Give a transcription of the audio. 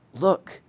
Look